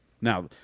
Now